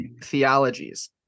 theologies